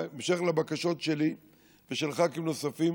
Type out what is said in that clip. בהמשך לבקשות שלי ושל ח"כים נוספים,